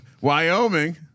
Wyoming